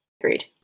agreed